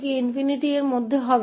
तो वह बाहरी हिस्सा होगा